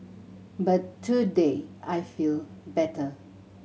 but today I feel better